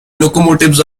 locomotives